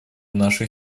наших